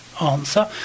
answer